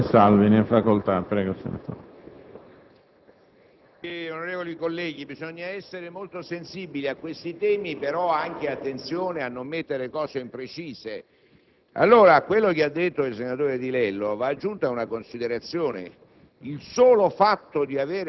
in termini di lotta alla criminalità organizzata. Vi è di più: è stato nominato come Presidente un parlamentare di prima nomina, quindi evidentemente inesperto delle questioni. Non possono nominare consulenti perché non hanno i soldi per pagarli.